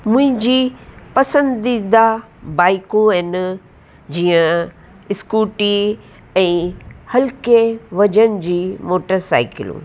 मुंहिंजी पसंदीदा बाइकूं आहिनि जीअं स्कूटी ऐं हल्के वज़न जी मोटर साइकिलूं